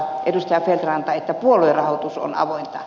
feldt ranta että puoluerahoitus on avointa